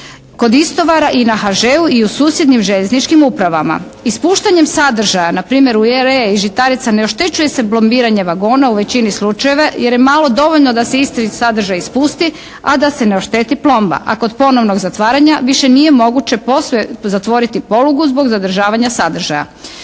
kod istovara i na HŽ-u i u susjednim željezničkim upravama. Ispuštanjem sadržaja na primjer … /Govornica se ne razumije./ … i žitarica ne oštećuje se plombiranje vagona u većini slučajeva jer je malo dovoljno da se isti sadržaj ispusti a da se ne ošteti plomba. A kod ponovnog zatvaranja više nije moguće posve zatvoriti polugu zbog zadržavanja sadržaja.